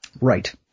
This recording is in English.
Right